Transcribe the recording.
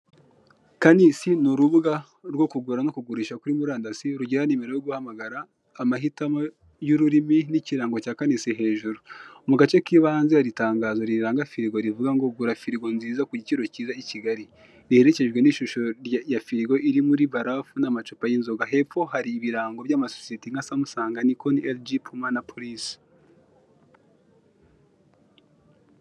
Kanisi n'urubuga rwo kugura no kugurisha kuri murandasi rugira nimero yo guhamagara amahitamo n'ururimi n'ikirango cya kanisi hejuru, mugace kibanze hari itangazo riranga firigo rivugango gura firigo nziza kugiciro cyiza i Kigali giherekejwe n'ishusho ya firigo iri muri barafu n'amacuma y'inzoga hepfo hari ibirano by'amasosiyete nka samusanga, nikoni erijipu na polisi.